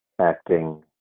acting